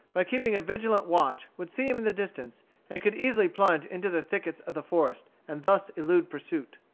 by keeping a vigilant watch, would see him in the distance and could easily plunge into the thickets of the forest, and thus elude pursuit.